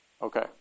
Okay